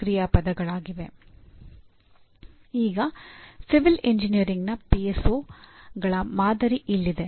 ಈಗ ಸಿವಿಲ್ ಎಂಜಿನಿಯರಿಂಗ್ನ ಪಿಎಸ್ಒಗಳ ಮಾದರಿ ಇಲ್ಲಿದೆ